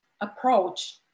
approach